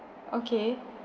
okay